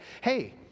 hey